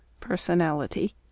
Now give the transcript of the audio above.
personality